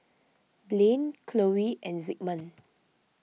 Blane Chloe and Zigmund